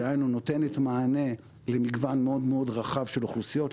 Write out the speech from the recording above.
דהיינו נותנת מענה למגוון מאוד מאוד רחב של אוכלוסיות,